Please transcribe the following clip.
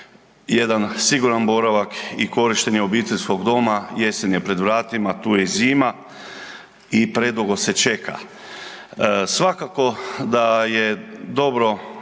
jedan siguran boravak i korištenje obiteljskog doma, jesen je pred vratima, tu je i zima i predugo se čeka. Svakako da je dobro